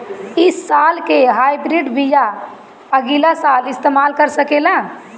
इ साल के हाइब्रिड बीया अगिला साल इस्तेमाल कर सकेला?